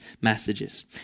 messages